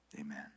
Amen